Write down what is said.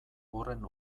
horren